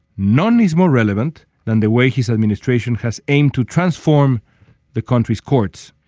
none is more relevant than the way his administration has aimed to transform the country's courts.